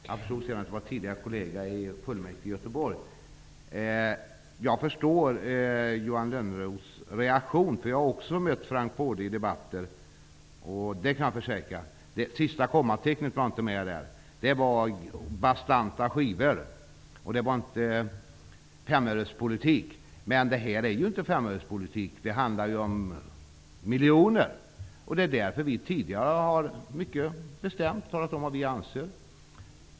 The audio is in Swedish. Jag förstod sedan att han menade tidigare kollega i fullmäktige i Göteborg. Jag förstår Johan Lönnroths reaktion. Jag har också mött Frank Baude i debatter. Jag kan försäkra att det sista kommatecknet inte var med där. Det var bastanta skivor. Det var inte någon femörespolitik. Men detta är inte femörespolitik. Det handlar om miljoner. Därför har vi tidigare mycket bestämt talat om vad vi anser.